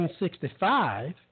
1965